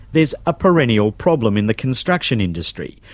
there's a perennial problem in the construction industry,